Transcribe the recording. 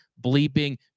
bleeping